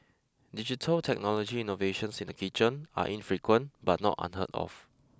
digital technology innovations in the kitchen are infrequent but not unheard of